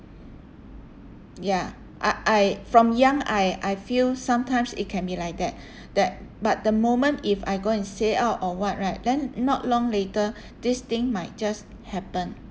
ya I I from young I I feel sometimes it can be like that that but the moment if I go and say out or what right then not long later this thing might just happen